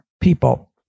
people